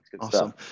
awesome